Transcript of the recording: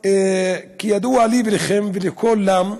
כידוע לי ולכם ולכולם,